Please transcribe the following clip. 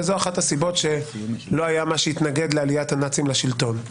וזאת אחת הסיבות שלא היה מה שהתנגד לעליית הנאצים לשלטון.